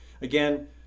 Again